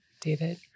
David